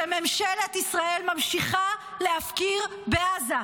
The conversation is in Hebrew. שממשלת ישראל ממשיכה להפקיר בעזה.